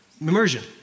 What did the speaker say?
Immersion